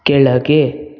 ಕೆಳಗೆ